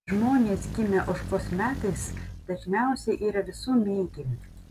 žmonės gimę ožkos metais dažniausiai yra visų mėgiami